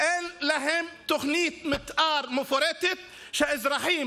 אין תוכנית מתאר מפורטת כדי שהאזרחים